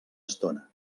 estona